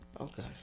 Okay